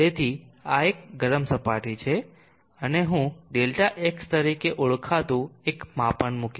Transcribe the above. તેથી આ એક ગરમ સપાટી છે અને હું Δx તરીકે ઓળખાતું એક માપન મૂકીશ